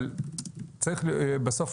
אבל צריך בסוף,